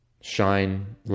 shine